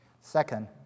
Second